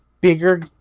bigger